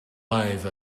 live